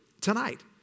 tonight